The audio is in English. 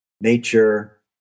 Nature